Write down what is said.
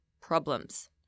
problems